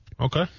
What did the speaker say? Okay